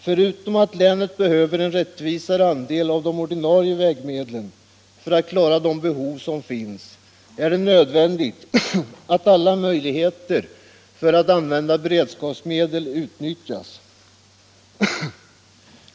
Förutom att länet behöver en rättvisare andel av de ordinarie vägmedlen för att klara de behov som finns är det nödvändigt att alla möjligheter att använda beredskapsmedel utnyttjas.